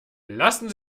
lassen